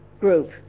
group